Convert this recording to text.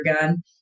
gun